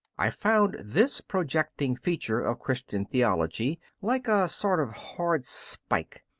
i found this projecting feature of christian theology, like a sort of hard spike,